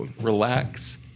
relax